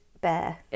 bear